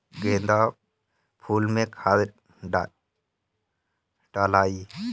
गेंदा फुल मे खाद डालाई?